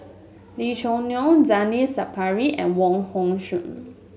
Lee Choo Neo Zainal Sapari and Wong Hong Suen